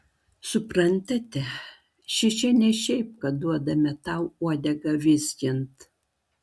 suprantate šičia ne šiaip kad duodame tau uodegą vizgint